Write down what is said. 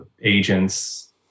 agents